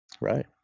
Right